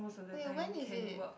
wait when is it